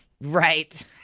Right